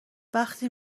وقتی